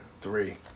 three